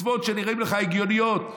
מצוות שנראות לך הגיוניות: